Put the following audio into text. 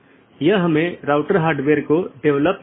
तो यह एक सीधे जुड़े हुए नेटवर्क का परिदृश्य हैं